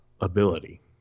ability